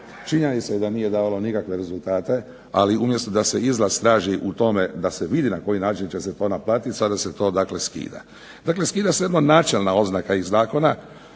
Činjenica je da nije davalo nikakve rezultate, ali umjesto da se izlaz traži u tome da se vidi na koji način će se to naplatit sada se to dakle skida. Dakle, skida se jedna načelna oznaka iz zakona